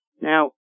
Now